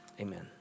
Amen